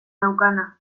naukana